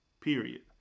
period